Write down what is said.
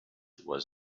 was